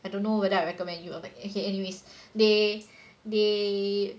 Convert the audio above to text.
I don't know whether I recommend you or my niece okay anyways they they